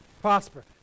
prosper